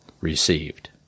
received